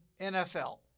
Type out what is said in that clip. NFL